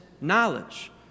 knowledge